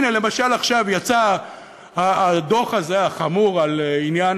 הנה, למשל, עכשיו יצא הדוח הזה, החמור, על עניין